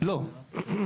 תאמינו לי,